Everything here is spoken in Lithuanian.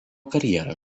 karjerą